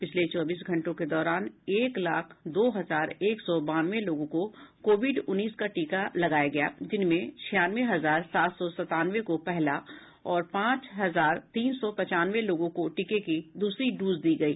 पिछले चौबीस घंटों के दौरान एक लाख दो हजार एक सौ बानवे लोगों को कोविड उन्नीस का टीका लगाया गया जिनमें छियानवे हजार सात सौ संतानवे को पहला और पांच हजार तीन सौ पंचानवे लोगों को टीके के दूसरी डोज दी गयी